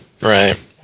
Right